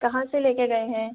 कहाँ से लेकर गए है